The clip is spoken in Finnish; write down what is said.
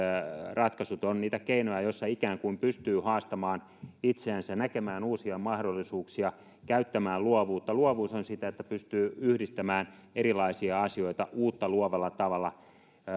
ratkaisut ovat niitä keinoja joilla ikään kuin pystyy haastamaan itseänsä näkemään uusia mahdollisuuksia käyttämään luovuutta luovuus on sitä että pystyy yhdistämään erilaisia asioita uutta luovalla tavalla